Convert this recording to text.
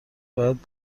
باید